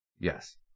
Yes